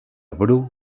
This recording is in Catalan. bru